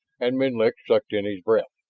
and menlik sucked in his breath.